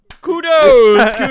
Kudos